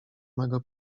mego